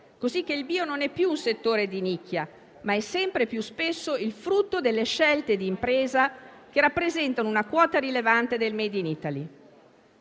Pertanto, il bio non è più settore di nicchia, ma è sempre più spesso il frutto delle scelte di impresa che rappresentano una quota rilevante del *made in Italy*.